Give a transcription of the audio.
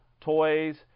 toys